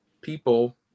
people